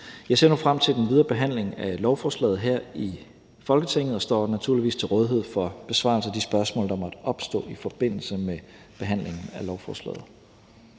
Jeg ser nu frem til den videre behandling af lovforslaget her i Folketinget og står naturligvis til rådighed for besvarelse af de spørgsmål, der måtte opstå i forbindelse med behandlingen af lovforslaget.